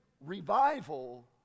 revival